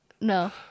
No